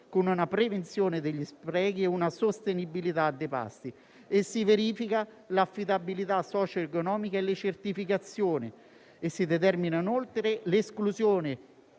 con una prevenzione degli sprechi e una sostenibilità dei pasti, si verifica altresì l'affidabilità socio-economica e le certificazioni e si determina inoltre l'esclusione